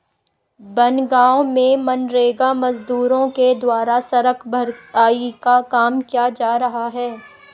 बनगाँव में मनरेगा मजदूरों के द्वारा सड़क भराई का काम किया जा रहा है